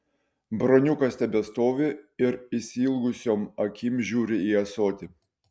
broniukas tebestovi ir išsiilgusiom akim žiūri į ąsotį